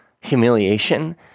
humiliation